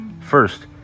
First